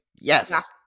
Yes